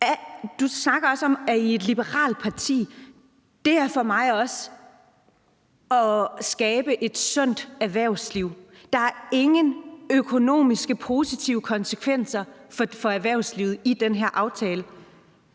Du snakker også om, at I er et liberalt parti. Det er for mig også at skabe et sundt erhvervsliv. Der er ingen positive økonomiske konsekvenser for erhvervslivet i den her aftale.